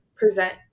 present